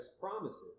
promises